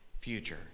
future